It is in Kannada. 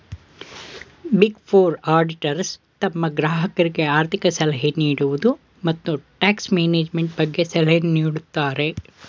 ಬಿಗ್ ಫೋರ್ ಆಡಿಟರ್ಸ್ ತಮ್ಮ ಗ್ರಾಹಕರಿಗೆ ಆರ್ಥಿಕ ಸಲಹೆ ನೀಡುವುದು, ಮತ್ತು ಟ್ಯಾಕ್ಸ್ ಮ್ಯಾನೇಜ್ಮೆಂಟ್ ಬಗ್ಗೆ ಸಲಹೆ ನೀಡುತ್ತಾರೆ